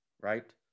right